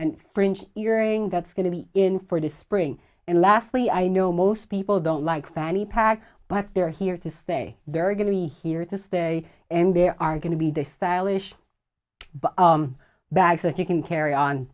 and fringe earring that's going to be in for the spring and lastly i know most people don't like fanny pack but they're here to stay there are going to be here to stay and there are going to be there stylish bags that you can carry on